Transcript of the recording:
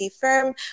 firm